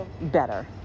better